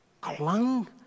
clung